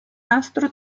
nastro